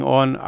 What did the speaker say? on